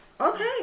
Okay